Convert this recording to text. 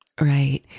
Right